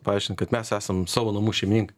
paaiškint kad mes esam savo namų šeimininkai